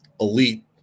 Elite